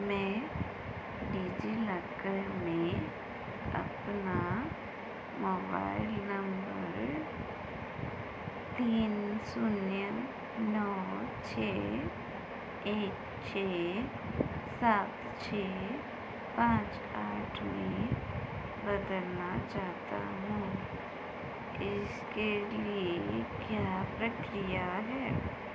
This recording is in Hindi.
मैं डिज़िलॉकर में अपना मोबाइल नम्बर तीन शून्य नौ छह एक छह सात छह पाँच आठ में बदलना चाहता हूँ इसके लिए क्या प्रक्रिया है